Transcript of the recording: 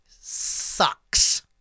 sucks